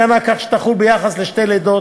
דיונים הוחלט לשנות את ההגנה כך שתחול על שתי לידות,